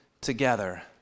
together